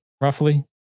roughly